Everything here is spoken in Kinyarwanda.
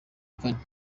kane